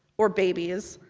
or babies.